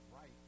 right